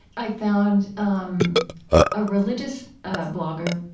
i found um a religious blogger,